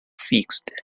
fixed